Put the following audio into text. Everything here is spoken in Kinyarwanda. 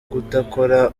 kudakora